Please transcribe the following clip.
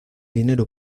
dinero